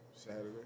Saturday